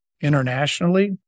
internationally